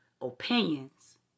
opinions